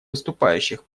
выступающих